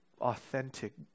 authentic